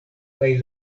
kaj